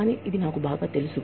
కానీ ఇది నాకు బాగా తెలుసు